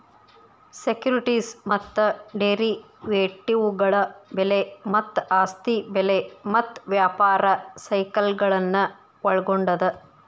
securities ಮತ್ತ ಡೆರಿವೇಟಿವ್ಗಳ ಬೆಲೆ ಮತ್ತ ಆಸ್ತಿ ಬೆಲೆ ಮತ್ತ ವ್ಯಾಪಾರ ಸೈಕಲ್ಗಳನ್ನ ಒಳ್ಗೊಂಡದ